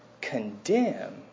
condemn